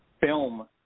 film